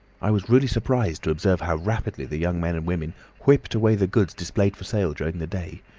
i was really surprised to observe how rapidly the young men and women whipped away the goods displayed for sale during the day.